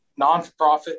nonprofit